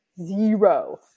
zero